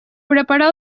preparar